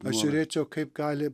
aš žiūrėčiau kaip gali